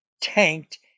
tanked